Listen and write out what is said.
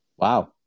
Wow